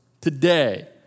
today